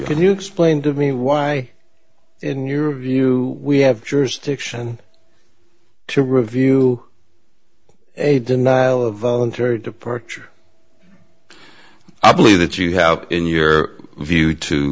can explain to me why in your view we have jurisdiction to review a denial of voluntary departure i believe that you have in your view to